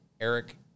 Eric